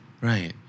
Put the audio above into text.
Right